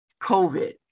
COVID